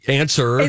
answer